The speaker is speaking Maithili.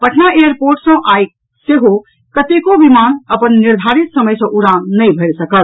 पटना एयरपोर्ट सॅ आई सेहो कतेको विमान अपन निर्धारित समय सॅ उड़ान नहि भरि सकल